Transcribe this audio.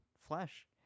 flesh